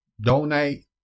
donate